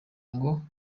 ngo